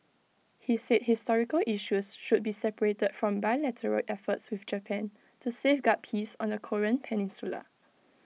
he said historical issues should be separated from bilateral efforts with Japan to safeguard peace on the Korean peninsula